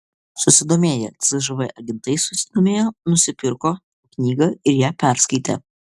susidomėję cžv agentai susidomėjo nusipirko knygą ir ją perskaitė